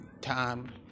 time